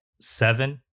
seven